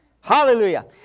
Hallelujah